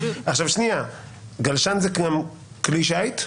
גלשן זה כלי שיט?